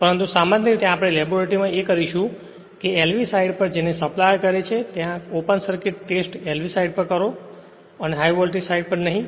પરંતુ સામાન્ય રીતે આપણે લેબોરેટરીમાં એ કરીશું કે LV સાઇડ પર આ જેને સપ્લાયર કહે છે ત્યાં open circuit test LV side પર કરો અને હાઇ વોલ્ટેજ સાઇડ પર નહીં